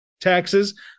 taxes